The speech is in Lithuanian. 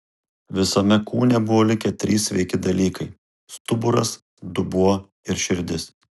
visame kūne buvo likę trys sveiki dalykai stuburas dubuo ir širdis